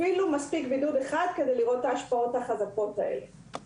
אפילו מספיק בידוד אחד כדי לראות את ההשפעות החזקות האלה.